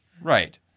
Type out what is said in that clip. right